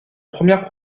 première